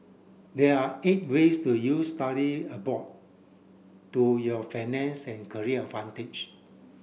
there are eight ways to use study abroad to your financial and career advantage